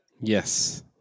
yes